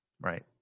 right